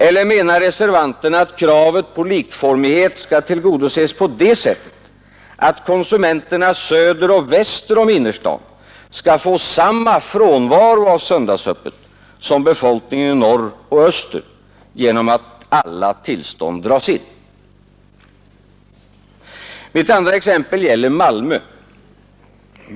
Eller menar reservanterna att kravet på likformighet skall tillgodoses på det sättet, att konsumenterna söder och väster om innerstaden skall få samma frånvaro av söndagsöppet som befolkningen i norr och öster genom att alla tillstånd dras in? Mitt andra exempel gäller Malmö.